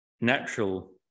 natural